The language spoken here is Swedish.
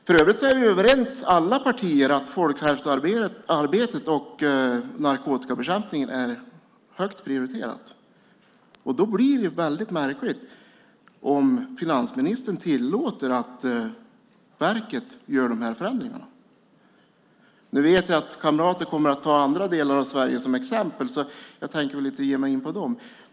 För övrigt är vi överens inom alla partier att folkhälsoarbetet och narkotikabekämpningen är högt prioriterade. Då blir det väldigt märkligt om finansministern tillåter att verket gör de här förändringarna. Nu vet jag att kamrater kommer att ta andra delar av Sverige som exempel, så jag tänker inte ge mig in på dem.